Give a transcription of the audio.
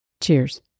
cheers